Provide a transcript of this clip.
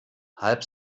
halb